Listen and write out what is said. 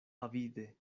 avide